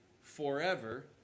forever